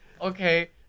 okay